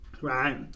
right